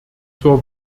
zur